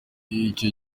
icyo